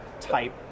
type